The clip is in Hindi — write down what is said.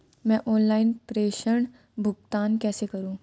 मैं ऑनलाइन प्रेषण भुगतान कैसे करूँ?